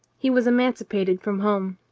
he was emancipated from home.